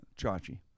Chachi